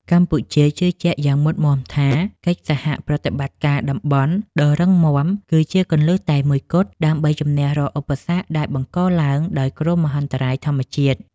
កម្ពុជាជឿជាក់យ៉ាងមុតមាំថា កិច្ចសហប្រតិបត្តិការតំបន់ដ៏រឹងមាំគឺជាគន្លឹះតែមួយគត់ ដើម្បីជម្នះរាល់ឧបសគ្គដែលបង្កឡើងដោយគ្រោះមហន្តរាយធម្មជាតិ។